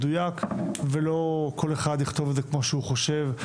מדויק ולא כל אחד יכתוב את זה כמו שהוא חושב.